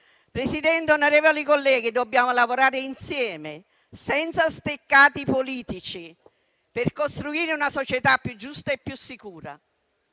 Presidente, onorevoli colleghi, dobbiamo lavorare insieme, senza steccati politici, per costruire una società più giusta e sicura,